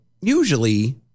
usually